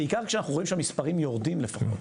בעיקר כשאנחנו רואים שהמספרים יורדים לפחות.